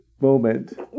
Moment